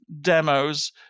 demos